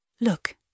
Look